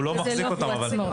הוא לא מחזיק אותם.